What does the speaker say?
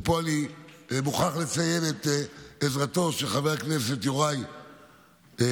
ופה אני מוכרח לציין את עזרתו של חבר הכנסת יוראי הרצנו.